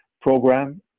program